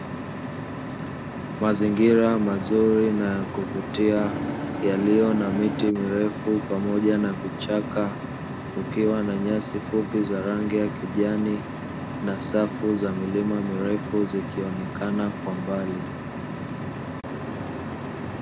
Mazingira mazuri na ya kuvutia yaliyo na miti mirefu pamoja na vichaka, kukiwa na nyasi fupi za rangi ya kijani na safu za milima mirefu zikionekana kwa mbali.